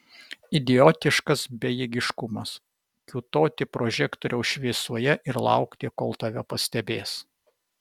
idiotiškas bejėgiškumas kiūtoti prožektoriaus šviesoje ir laukti kol tave pastebės